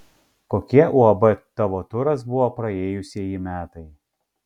kokie uab tavo turas buvo praėjusieji metai